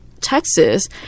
Texas